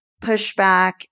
pushback